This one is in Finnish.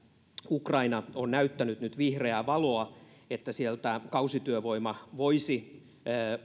ukraina on näyttänyt nyt vihreää valoa että sieltä kausityövoima voisi